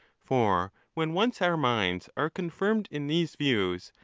for when once our minds are confirmed in these views,